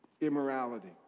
immorality